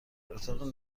اتاق